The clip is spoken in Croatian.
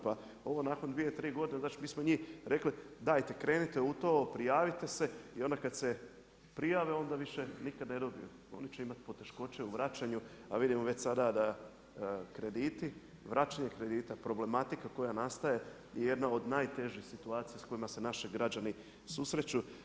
Pa ovo nakon 2, 3 godine, znači mi smo njima rekli, dajte krenite u to, prijavite se i onda kada se prijave onda više nikad ne dobiju, oni će imati poteškoće u vraćanju a vidimo već sada da krediti, vraćanje kredita, problematika koja nastaje je jedna od najtežih situacija s kojima se naši građani susreću.